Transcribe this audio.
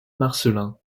marcellin